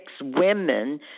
women